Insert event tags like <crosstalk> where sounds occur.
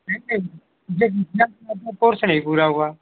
नहीं नहीं ये <unintelligible> अपना कोर्स नहीं पूरा हुआ